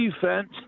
defense